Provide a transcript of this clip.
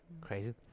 Crazy